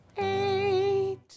eight